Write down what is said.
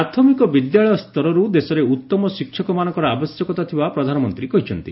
ପ୍ରାଥମିକ ବିଦ୍ୟାଳୟ ସ୍ତରରୁ ଦେଶରେ ଉତ୍ତମ ଶିକ୍ଷକମାନଙ୍କର ଆବଶ୍ୟକତା ଥିବା ପ୍ରଧାନମନ୍ତ୍ରୀ କହିଛନ୍ତି